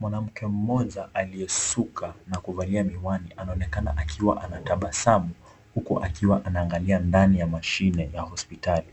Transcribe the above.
Mwanamke mmoja aliyesuka na kuvalia miwani anaonekana akiwa anatabasamu huku akiwa anaangalia ndani ya mashine ya hospitali.